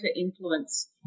influence